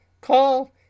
call